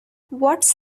what’s